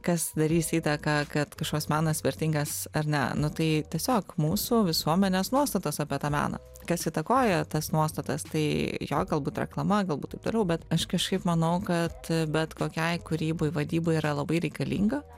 kas darys įtaką kad kažkoks menas vertingas ar ne nu tai tiesiog mūsų visuomenės nuostatos apie tą meną kas įtakoja tas nuostatas tai jo gal būt reklama galbūt taip toliau bet aš kažkaip manau kad bet kokiai kūrybai vadybai yra labai reikalinga